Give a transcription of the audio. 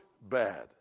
bad